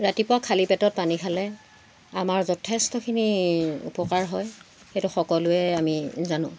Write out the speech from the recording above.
ৰাতিপুৱা খালী পেটত পানী খালে আমাৰ যথেষ্টখিনি উপকাৰ হয় সেইটো সকলোৱে আমি জানো